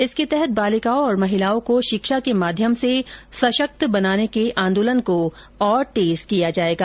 इसके तहत बालिकाओं और महिलाओं को शिक्षा के माध्यम से सशक्त बनाने के आंदोलन को और तेज किया जाएगा